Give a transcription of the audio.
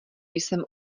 jsem